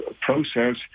process